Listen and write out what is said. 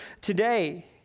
today